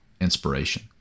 inspiration